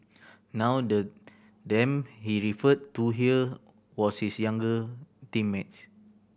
now the them he referred to here was his younger teammates